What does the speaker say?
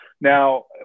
Now